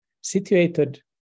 situated